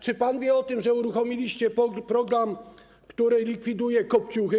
Czy pan wie o tym, że uruchomiliście program, który likwiduje kopciuchy?